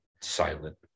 silent